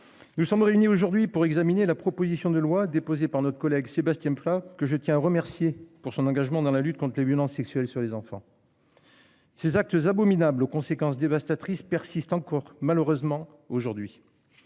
Nous sommes réunis aujourd'hui pour examiner la proposition de loi déposée par notre collègue Sébastien Pla que je tiens à remercier pour son engagement dans la lutte contre les violences sexuelles sur des enfants. Ces actes abominables aux conséquences dévastatrices persiste malheureusement aujourd'hui.